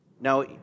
Now